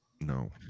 No